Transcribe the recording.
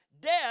Death